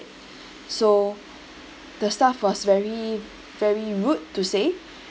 so the staff was very very rude to say